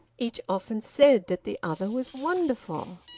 each often said that the other was wonderful.